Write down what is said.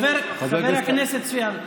חבר הכנסת צבי האוזר,